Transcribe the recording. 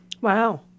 Wow